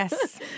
yes